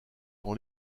dans